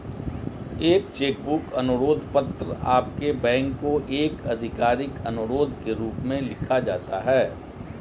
एक cheque book अनुरोध पत्र आपके बैंक को एक आधिकारिक अनुरोध के रूप में लिखा जाता है